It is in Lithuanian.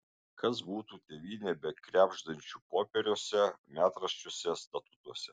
kas būtų tėvynė be krebždančių popieriuose metraščiuose statutuose